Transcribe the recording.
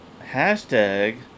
hashtag